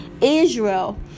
israel